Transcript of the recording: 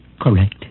correct